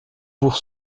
pour